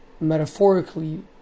metaphorically